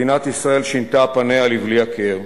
מדינת ישראל שינתה פניה לבלי הכר,